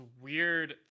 weird